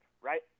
right